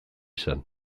zen